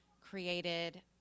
created